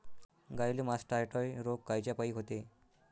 गाईले मासटायटय रोग कायच्यापाई होते?